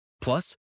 Plus